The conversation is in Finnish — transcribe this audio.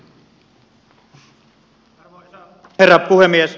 arvoisa herra puhemies